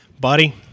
buddy